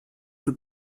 für